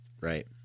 Right